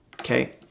Okay